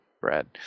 Brad